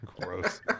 Gross